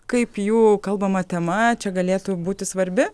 kaip jų kalbama tema čia galėtų būti svarbi